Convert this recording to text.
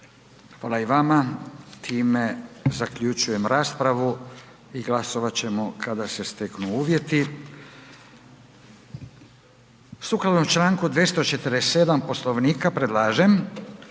Hvala i vama. Time zaključujem raspravu i glasovat ćemo kada se steknu uvjeti. **Reiner, Željko (HDZ)** Sada idemo